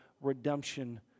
redemption